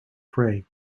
prague